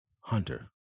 Hunter